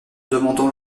demandant